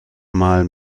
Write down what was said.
mal